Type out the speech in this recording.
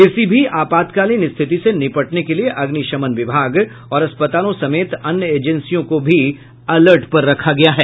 किसी भी आपातकालीन स्थिति से निपटने के लिए अग्निशमन विभाग और अस्पतालों समेत अन्य एजेंसियों को भी अलर्ट पर रखा गया है